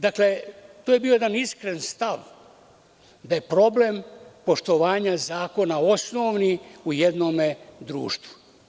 Dakle, to je bio jedan iskren stav da je problem poštovanje zakona osnovni u jednom društvu.